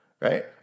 Right